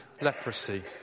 leprosy